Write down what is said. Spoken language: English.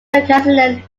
pangasinan